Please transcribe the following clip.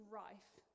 rife